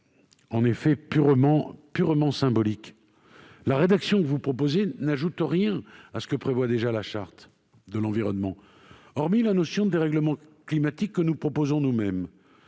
la rendant purement symbolique. En effet, cela n'ajouterait rien à ce que prévoit déjà la Charte de l'environnement, hormis la notion de dérèglement climatique, que nous proposons nous-mêmes.